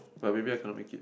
but maybe I cannot make it